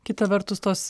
kita vertus tos